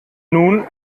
nun